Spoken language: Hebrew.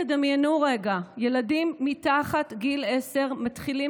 תדמיינו רגע: ילדים מתחת גיל עשר מתחילים,